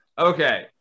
okay